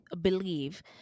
believe